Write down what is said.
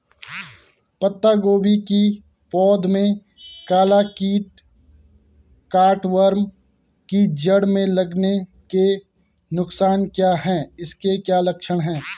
पत्ता गोभी की पौध में काला कीट कट वार्म के जड़ में लगने के नुकसान क्या हैं इसके क्या लक्षण हैं?